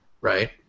right